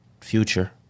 future